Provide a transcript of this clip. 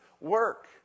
work